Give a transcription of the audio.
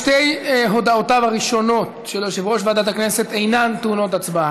שתי הודעותיו הראשונות של יושב-ראש ועדת הכנסת אינן טעונות הצבעה.